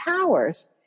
powers